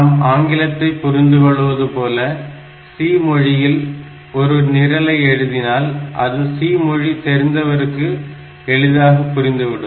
நாம் ஆங்கிலத்தை புரிந்து கொள்வது போல C மொழியில் ஒரு நிரல் எழுதினால் அது C மொழி தெரிந்த ஒருவருக்கு எளிதாக புரிந்துவிடும்